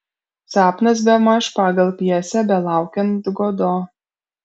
sapnas bemaž pagal pjesę belaukiant godo